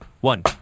one